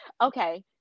okay